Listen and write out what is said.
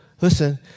listen